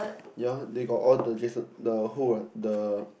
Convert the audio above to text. ya they got all the Jason the who what the